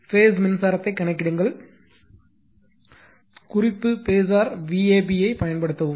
base மின்சாரத்தை கணக்கிடுங்கள் குறிப்பு பேஸர் Vab ஐப் பயன்படுத்தவும்